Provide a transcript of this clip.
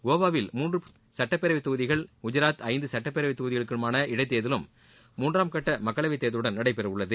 கோவாவில் மூன்று சுட்டப் பேரவைத் தொகுதிகள் குஜராத்தில் ஐந்து சுட்டப் பேரவைத் தொகுதிகளுக்குமான இடைத் தேர்தலும் மூன்றாம் கட்ட மக்களவைத் தேர்தலுடன் நடைபெற உள்ளது